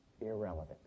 Irrelevant